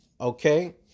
okay